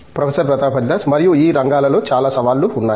professor Pratap Haridas మరియు ఈ రంగాలలో చాలా సవాళ్లు ఉన్నాయి